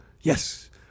Yes